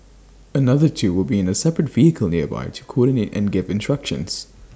another two will be in A separate vehicle nearby to coordinate and give instructions